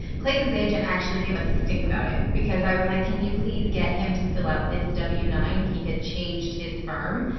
clayton's agent actually gave us the stink about it, because i was like, can you please get him to fill out this w nine? he had changed his firm.